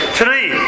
three